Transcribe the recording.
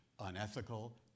unethical